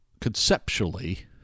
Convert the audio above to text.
conceptually